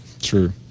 True